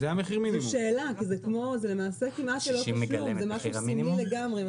זאת שאלה, כי זה למעשה משהו סמלי לגמרי.